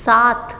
सात